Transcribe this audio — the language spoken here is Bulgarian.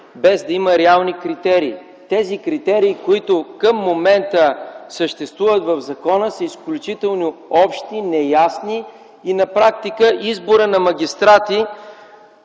без да има реални критерии. Тези критерии, които към момента съществуват в закона, са изключително общи, неясни и на практика изборът на магистрати